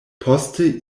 poste